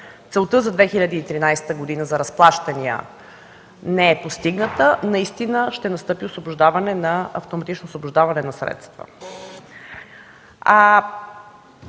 целта за 2013 г. за разплащания не е постигната, наистина ще настъпи автоматично освобождаване на средства.